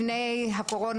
לפני הקורונה,